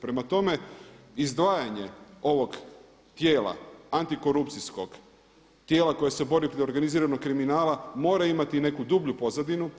Prema tome, izdvajanje ovog tijela, antikorupcijskog, tijela koje se bori protiv organiziranog kriminala mora imati i neku dublju pozadinu.